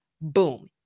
Boom